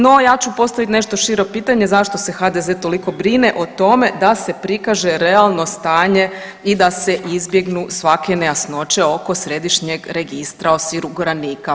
No, ja ću postaviti nešto šire pitanje, zašto se HDZ toliko brine o tome da se prikaže realno stanje i da se izbjegnu svake nejasnoće oko Središnjeg registra osiguranika?